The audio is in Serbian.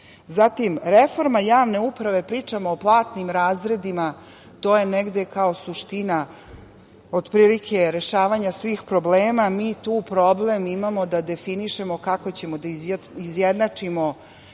toga. Zatim, reforma javne uprave, pričam o platnim razredima. To je negde kao suština otprilike rešavanja svih problema. Mi tu problem imamo da definišemo kako ćemo da izjednačimo